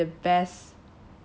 Jollibee the best